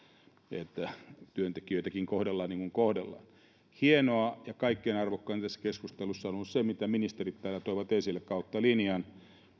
että työntekijöitäkin kohdellaan niin kuin kohdellaan hienoa ja kaikkein arvokkainta tässä keskustelussa on ollut se mitä ministerit täällä toivat esille kautta linjan